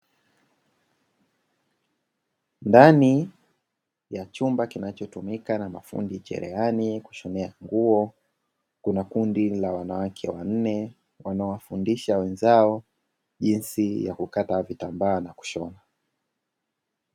Ndani ya chumba kinachotumika na mafundi cherehani kushonea nguo, kuna kundi la wanawake wanne wanaowafundisha wenzao jinsi ya kukata vitambaa na kushona.